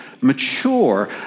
mature